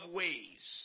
ways